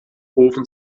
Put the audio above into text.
rufen